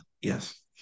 yes